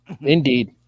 Indeed